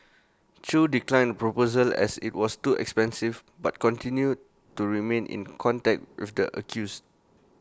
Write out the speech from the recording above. chew declined proposal as IT was too expensive but continued to remain in contact with the accused